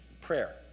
Prayer